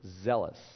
zealous